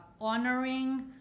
honoring